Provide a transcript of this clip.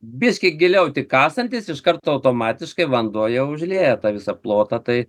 biskį giliau tik kasantis iš karto automatiškai vanduo jau užlieja tą visą plotą tai